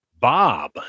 Bob